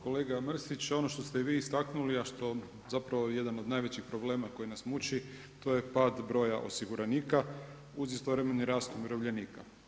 Kolega Mrsić, ono što ste vi istaknuli a što zapravo je jedan od najvećih problema koji nas muči, to je pad broja osiguranika uz istovremeni rast umirovljenika.